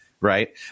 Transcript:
Right